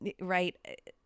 right